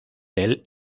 del